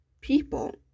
people